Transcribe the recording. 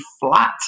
flat